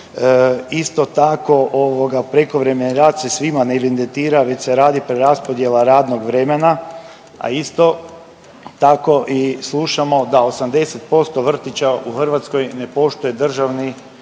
ovoga, prekovremeni rad se svima ne evidentira već se radi preraspodjela radnog vremena, a isto tako i slušamo da 80% vrtića u Hrvatskoj ne poštuje Državni